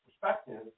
perspective